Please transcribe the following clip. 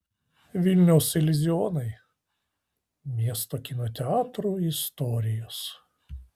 vilniaus iliuzionai miesto kino teatrų istorijos